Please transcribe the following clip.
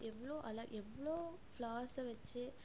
எவ்வளோ அழ எவ்வளோ ஃபிளார்ஸ்ஸை வச்சு